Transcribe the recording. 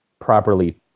properly